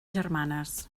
germanes